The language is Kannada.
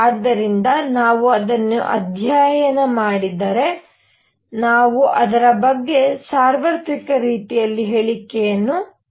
ಆದ್ದರಿಂದ ನಾವು ಅದನ್ನು ಅಧ್ಯಯನ ಮಾಡಿದರೆ ನಾವು ಅದರ ಬಗ್ಗೆ ಸಾರ್ವತ್ರಿಕ ರೀತಿಯಲ್ಲಿ ಹೇಳಿಕೆಗಳನ್ನು ನೀಡಬಹುದು